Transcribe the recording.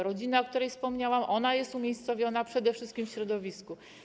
Rodzina, o której wspomniałam, jest umiejscowiona przede wszystkim w środowisku.